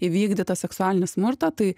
įvykdytą seksualinį smurtą tai